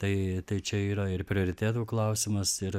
tai tai čia yra ir prioritetų klausimas ir